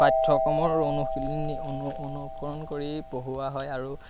পাঠ্যক্ৰমৰ অনুশীলী অনু অনুকৰণ কৰি পঢ়োৱা হয় আৰু